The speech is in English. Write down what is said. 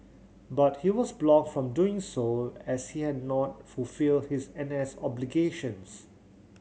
but he was blocked from doing so as he had not fulfilled his N S obligations